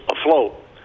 afloat